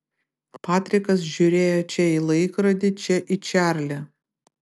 patrikas žiūrėjo čia į laikrodį čia į čarlį